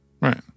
Right